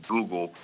Google